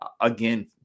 again